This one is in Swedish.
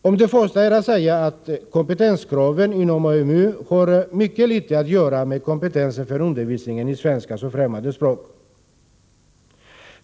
Om det första är att säga att kompetenskraven inom AMU har mycket litet att göra med kompetens för undervisning i svenska som främmande språk.